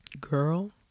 Girl